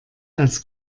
als